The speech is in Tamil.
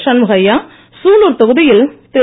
சண்முகையா சூலுர் தொகுதியில் திரு